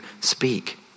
speak